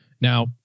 Now